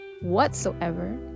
whatsoever